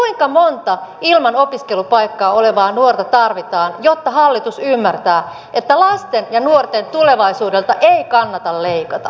kuinka monta ilman opiskelupaikkaa olevaa nuorta tarvitaan jotta hallitus ymmärtää että lasten ja nuorten tulevaisuudelta ei kannata leikata